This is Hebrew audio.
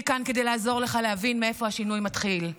אני כאן כדי לעזור לך להבין מאיפה השינוי מתחיל.